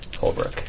Holbrook